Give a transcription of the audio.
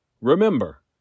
Remember